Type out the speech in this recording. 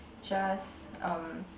just um